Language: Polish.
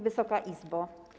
Wysoka Izbo!